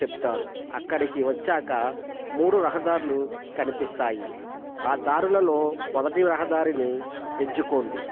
చెప్తారు అక్కడికి వచ్చాక మూడు రహదారులు కనిపిస్తాయి ఆ దారులలో మొదటి రహదారిని ఎంచుకోండి